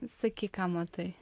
sakyk ką matai